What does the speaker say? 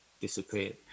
disappeared